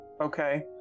okay